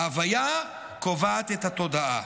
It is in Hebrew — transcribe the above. ההוויה קובעת את התודעה.